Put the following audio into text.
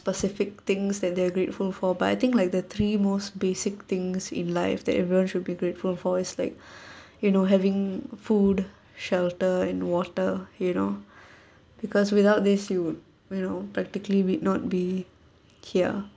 specific things that they're grateful for but I think like the three most basic things in life that everyone should be grateful for is like you know having food shelter and water you know because without these you would you know practically will not be here